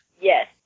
Yes